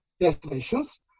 destinations